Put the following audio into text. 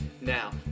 Now